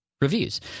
reviews